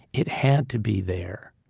it had to be there.